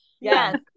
Yes